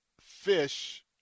fish